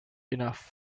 enough